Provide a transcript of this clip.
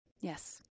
Yes